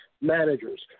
managers